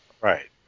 Right